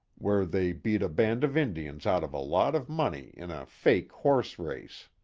where they beat a band of indians out of a lot of money in a fake horse race.